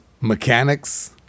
mechanics